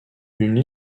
une